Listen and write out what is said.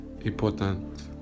important